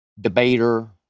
debater